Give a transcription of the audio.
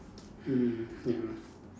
mm ya lah